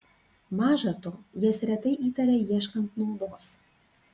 maža to jas retai įtaria ieškant naudos